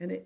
and it